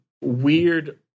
weird